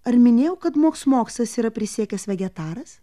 ar minėjau kad moksmoksas yra prisiekęs vegetaras